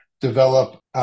develop